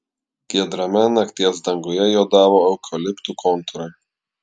giedrame nakties danguje juodavo eukaliptų kontūrai